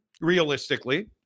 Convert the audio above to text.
realistically